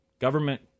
government